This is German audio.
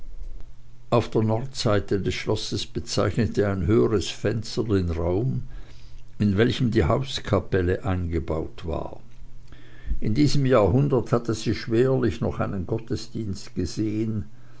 auf der nordseite des schlosses bezeichnete ein höheres fenster den raum in welchem die hauskapelle eingebaut war in diesem jahrhundert hatte sie schwerlich noch einen gottesdienst gesehen